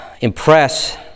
impress